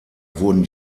wurden